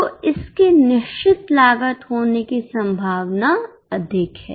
तोइसके निश्चित लागत होने की संभावना अधिक है